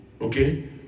Okay